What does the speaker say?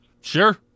Sure